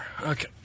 Okay